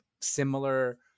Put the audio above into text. similar